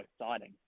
exciting